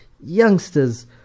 youngsters